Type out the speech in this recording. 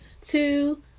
Two